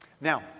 Now